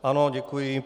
Ano, děkuji.